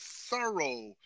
thorough